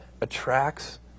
attracts